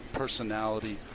personality